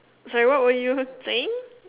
sorry what were you saying